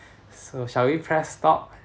so shall we press stop